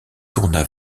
tourna